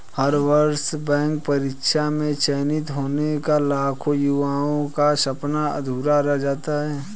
हर वर्ष बैंक परीक्षा में चयनित होने का लाखों युवाओं का सपना अधूरा रह जाता है